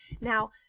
now